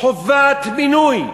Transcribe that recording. חובת מינוי.